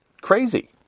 crazy